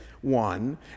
one